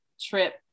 trip